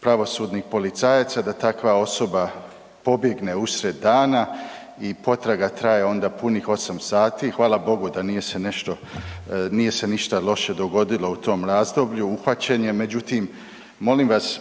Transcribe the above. pravosudnih policajaca da takva osoba pobjegne usred dana i potraga traje onda punih 8 sati, hvala Bogu da nije se nešto, nije se ništa loše dogodilo u tom razdoblju, uhvaćen je. Međutim,